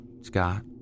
Scott